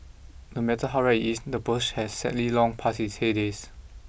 no matter how rare it is the Porsche has sadly long passed its heydays